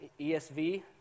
ESV